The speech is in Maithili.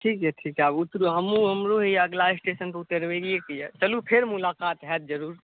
चलु ठीक छै ठीक छै आब उतरु हमरो हैया अगला स्टेशन पर उतरैये के यऽ चलु फेर मुलाकात होयत जरुर